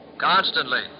Constantly